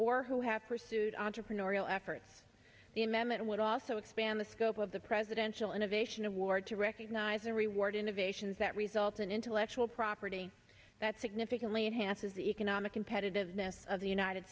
or who have pursued entrepreneurial efforts the amendment would also expand the scope of the presidential innovation award to recognize and reward innovations that result in intellectual property that significantly enhances economic competitiveness of the united